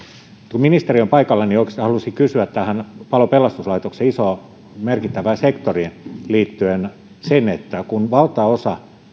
kun ministeri on paikalla niin oikeastaan haluaisin kysyä tähän palo ja pelastuslaitoksen isoon merkittävään sektoriin liittyen kun valtaosa